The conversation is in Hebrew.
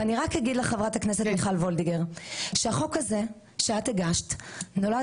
ואני רק אגיד לחברת הכנסת מיכל וולדיגר שהחוק הזה שאת הגשת נולד